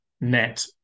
net